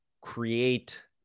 create